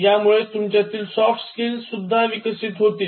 यामुळे तुमच्यातील soft skills सुद्धा विकसित होतील